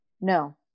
No